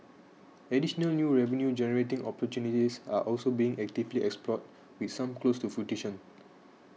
additional new revenue generating opportunities are also being actively explored with some close to fruition